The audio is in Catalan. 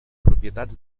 propietats